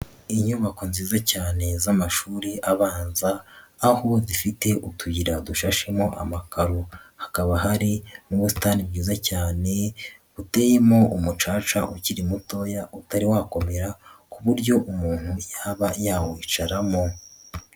Inyubako nziza cyane z'amashuri abanza, aho zifite utuyira dushashemo amakaro. Hakaba hari mu busitani bwiza cyane, buteyemo umucaca ukiri mutoya, utari wakomera ku buryo umuntu yaba yawicaramo.